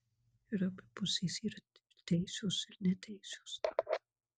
ir abi pusės yra ir teisios ir neteisios